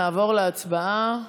נעבור להצבעה.